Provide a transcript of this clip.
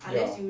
ya